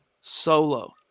Solo